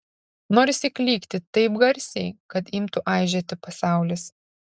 norisi klykti taip garsiai kad imtų aižėti pasaulis